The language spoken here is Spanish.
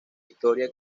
historia